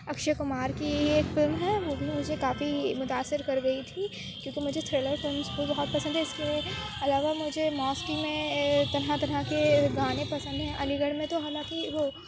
اکچھے کمار کی ایک فلم ہے وہ بھی مجھے کافی متاثر کر گئی تھی کیونکہ مجھے تھریلر فلمس بھی بہت پسند ہیں اس کے علاوہ مجھے میں طرح طرح کے گانے پسند ہیں علی گڑھ میں تو حالانکہ رو